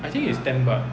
I think it's ten baht